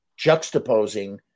juxtaposing